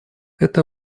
это